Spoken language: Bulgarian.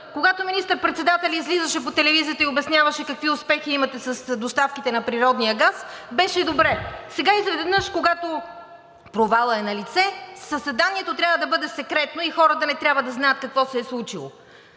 Когато министър-председателят излизаше по телевизията и обясняваше какви успехи имате с доставките на природния газ, беше добре. Сега изведнъж, когато провалът е налице, заседанието трябва да бъде секретно и хората не трябва да знаят какво се е случило.